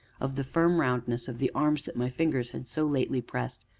of the firm roundness of the arms that my fingers had so lately pressed.